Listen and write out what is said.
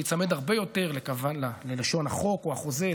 להיצמד הרבה יותר ללשון החוק או החוזה,